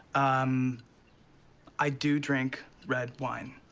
um i do drink red wine